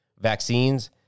vaccines